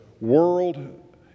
world